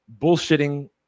bullshitting